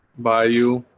by you